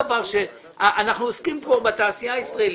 אנחנו עוסקים כאן בתעשייה הישראלית.